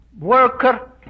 worker